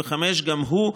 וגם הוא,